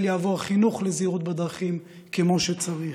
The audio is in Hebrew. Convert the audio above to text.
יעבור חינוך לזהירות בדרכים כמו שצריך.